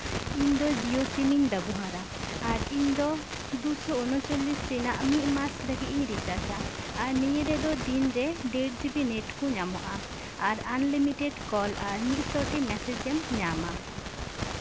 ᱤᱧ ᱫᱚ ᱡᱤᱭᱳ ᱥᱤᱢ ᱤᱧ ᱵᱮᱵᱚᱦᱟᱨᱟ ᱟᱨ ᱤᱧ ᱫᱚ ᱫᱩ ᱥᱚ ᱩᱱᱚᱪᱚᱞᱞᱤᱥ ᱨᱮᱭᱟᱜ ᱢᱤᱫ ᱢᱟᱥ ᱞᱟᱹᱜᱤᱫ ᱤᱧ ᱨᱤᱪᱟᱨᱡᱼᱟ ᱟᱨ ᱱᱤᱭᱟᱹ ᱨᱮᱫᱚ ᱫᱤᱱ ᱨᱮ ᱰᱮᱲ ᱡᱤᱵᱤ ᱱᱮᱴ ᱠᱚ ᱧᱟᱢᱚᱜᱼᱟ ᱟᱨ ᱟᱱᱞᱤᱢᱤᱴᱮᱰ ᱠᱚᱞ ᱟᱨ ᱢᱤᱫ ᱥᱚ ᱴᱤ ᱢᱮᱥᱮᱡ ᱮᱢ ᱧᱟᱢᱼᱟ